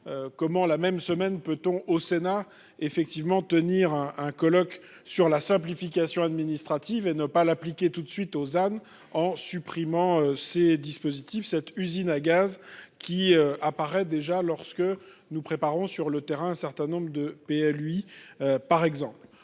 Comment la même semaine, peut-on au Sénat effectivement tenir un, un colloque sur la simplification administrative et ne pas l'appliquer toute de suite aux en en supprimant ces dispositifs cette usine à gaz qui apparaît déjà lorsque nous préparons sur le terrain, un certain nombre de pays lui. Par exemple,